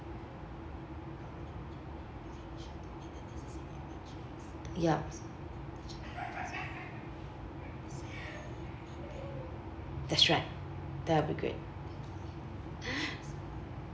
yup that's right that will be great